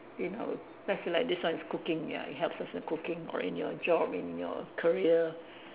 in our let's say like this one is cooking ya it helps us in cooking or in your job in your career